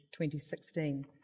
2016